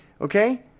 Okay